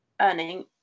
earning